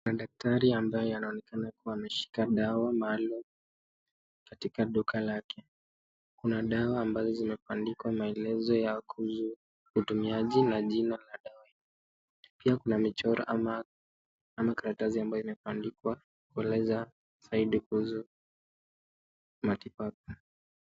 Kuna daktari ambaye anaonekana kuwa ameshika dawa maalum katika duka lake, kuna dawa ambazo zimeandikwa maelezo ya kuhusu utumiaji na jinala dawa. Pia kuna michoro ama, ama karatasi ambayo imeandikwa kueleza zaidi kuhusu matibabu.